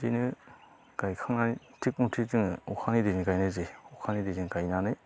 बिदिनो गायखांनानै थिगमथे जोङो अखानि दैजों गायनाय जायो अखानि दैजों गायनानै